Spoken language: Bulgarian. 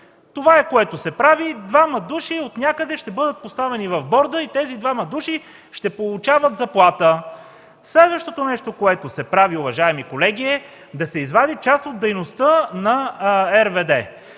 Това е, което се прави – двама души отнякъде ще бъдат поставени в борда и тези двама души ще получават заплата. Следващото нещо, което се прави, уважаеми колеги, е да се извади част от дейността на